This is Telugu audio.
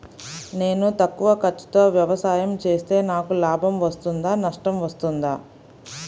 నేను తక్కువ ఖర్చుతో వ్యవసాయం చేస్తే నాకు లాభం వస్తుందా నష్టం వస్తుందా?